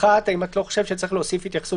ראשית, האם את לא חושבת שצריך להוסיף התייחסות